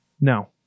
No